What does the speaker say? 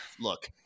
look